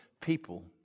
people